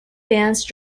dance